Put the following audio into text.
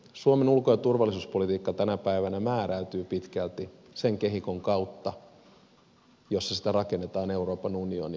suomen ulko ja turvallisuuspolitiikka tänä päivänä määräytyy pitkälti sen kehikon kautta jota rakennetaan euroopan unionin sisällä